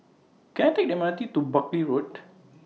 Can I Take M R T to Buckley Road